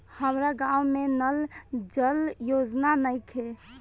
हमारा गाँव मे नल जल योजना नइखे?